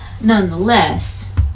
nonetheless